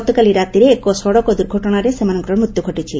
ଗତକାଲି ରାତିରେ ଏକ ସଡ଼କ ଦୁର୍ଘଟଣାରେ ସେମାନଙ୍କର ମୃତ୍ୟୁ ଘଟିଛି